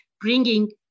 bringing